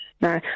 no